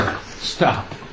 Stop